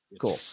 cool